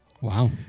Wow